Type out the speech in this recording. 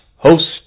Host